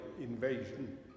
invasion